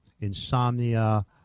insomnia